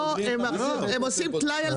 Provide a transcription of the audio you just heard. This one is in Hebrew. לא, הם עושים טלאי על טלאי.